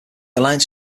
alliance